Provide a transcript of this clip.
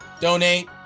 donate